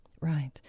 Right